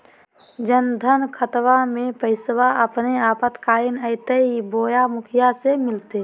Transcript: जन धन खाताबा में पैसबा अपने आपातकालीन आयते बोया मुखिया से मिलते?